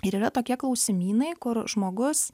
ir yra tokie klausimynai kur žmogus